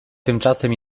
tymczasem